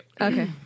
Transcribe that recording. Okay